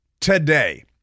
today